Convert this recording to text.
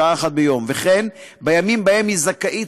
הלוא כל מה שאני מוצא,